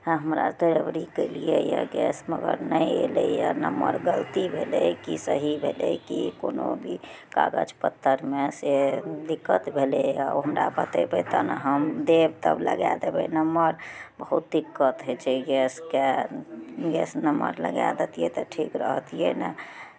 हमरा तऽ एहि बेरी केलियैए गैस मगर नहि अयलैए नम्बर गलती भेलै कि सही भेलै कि कोनो भी कागज पत्तरमे से दिक्कत भेलैए ओ हमरा बतेबै तब ने हम देब तब लगाए देबै नम्बर बहुत दिक्कत होइ छै गैसके गैस नम्बर लगा दैतियै तऽ ठीक रहतियै ने